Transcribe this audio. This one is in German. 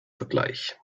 vergleich